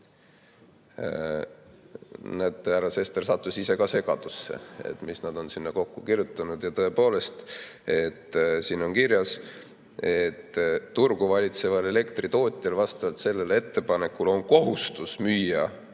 Härra Sester sattus ise ka segadusse, mis nad on sinna kokku kirjutanud. Tõepoolest, siin on kirjas, et turgu valitseval elektritootjal on vastavalt sellele ettepanekule kohustus müüa